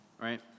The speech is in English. right